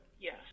yes